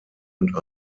und